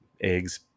eggs